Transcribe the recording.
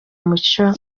muco